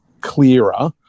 clearer